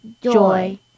joy